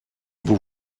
vous